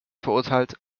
verurteilt